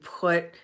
put